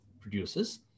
produces